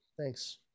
thanks